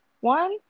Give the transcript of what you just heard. One